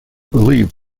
believe